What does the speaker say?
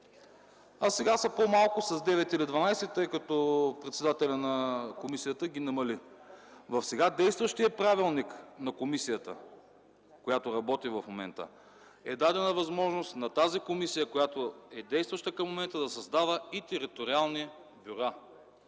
Сега са по-малко с 9 или 12, тъй като председателят на комисията ги намали. В сега действащия правилник на комисията, която работи в момента, е дадена възможност на действащата към момента комисия да създава и териториални бюра.